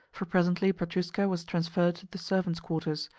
for presently petrushka was transferred to the servants' quarters,